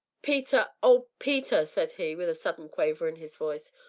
peter oh, peter! said he, with a sudden quaver in his voice,